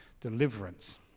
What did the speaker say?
deliverance